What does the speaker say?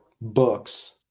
books